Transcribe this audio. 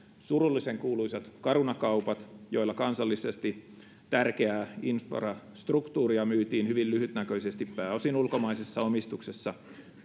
surullisenkuuluisat caruna kaupat joilla kansallisesti tärkeää infrastruktuuria myytiin hyvin lyhytnäköisesti pääosin ulkomaisessa omistuksessa